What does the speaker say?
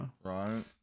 Right